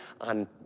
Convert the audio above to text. on